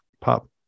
pop